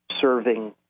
serving